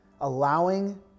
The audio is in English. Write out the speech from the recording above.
allowing